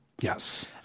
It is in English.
Yes